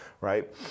right